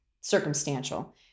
circumstantial